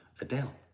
Adele